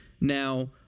Now